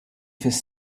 fis